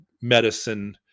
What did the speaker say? medicine